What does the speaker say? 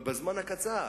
בתוך זמן קצר.